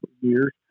years